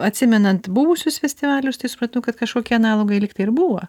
atsimenant buvusius festivalius tai supratau kad kašokie analogai lygtai ir buvo